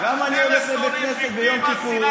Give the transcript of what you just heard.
אלה שונאים בפנים,